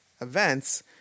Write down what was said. events